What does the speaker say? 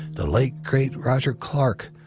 the late great roger clark,